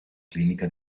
clinica